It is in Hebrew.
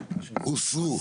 הוסרו.